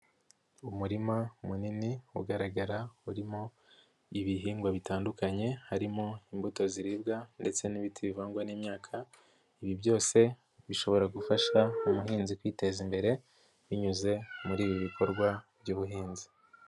Umurima munini ugaragara urimo ibihingwa bitandukanye, harimo imbuto ziribwa ndetse n'ibiti bivangwa n'imyaka, ibi byose bishobora gufasha umuhinzi kwiteza imbere, binyuze muri ibi bikorwa by'ubuhinzi.